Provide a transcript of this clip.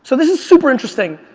so this is super interesting.